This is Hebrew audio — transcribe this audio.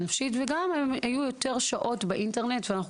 נפשית וגם היו יותר שעות באינטרנט ואנחנו